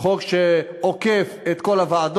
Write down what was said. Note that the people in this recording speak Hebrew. חוק שעוקף את כל הוועדות,